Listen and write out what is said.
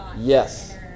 Yes